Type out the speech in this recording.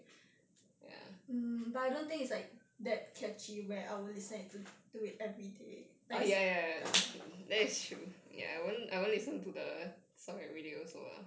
um but I don't think it's like that catchy where I will listen it to it everyday that's but